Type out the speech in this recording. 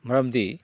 ꯃꯔꯝꯗꯤ